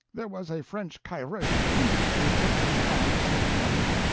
there was a french chirurgion who took in hand to cut it,